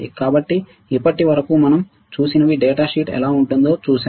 కాబట్టి ఇప్పటి వరకు మనం చూసినవి డేటాషీట్ ఎలా ఉంటుందో చూశాము